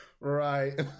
right